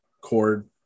cord